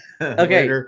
Okay